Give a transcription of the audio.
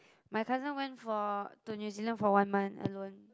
my cousin went for to New Zealand for one month alone